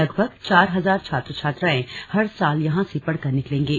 लगभग चार हजार छात्र छात्राएं हर साल यहां से पढ़ कर निकलेंगे